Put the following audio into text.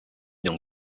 don